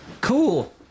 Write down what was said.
Cool